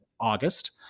August